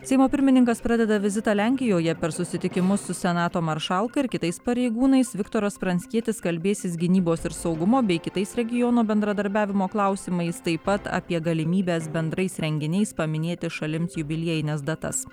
seimo pirmininkas pradeda vizitą lenkijoje per susitikimus su senato maršalka ir kitais pareigūnais viktoras pranckietis kalbėsis gynybos ir saugumo bei kitais regiono bendradarbiavimo klausimais taip pat apie galimybes bendrais renginiais paminėti šalims jubiliejines datas